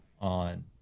on